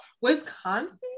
Wisconsin